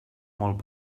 molt